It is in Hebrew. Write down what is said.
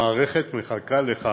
המערכת מחכה לך